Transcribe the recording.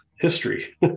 history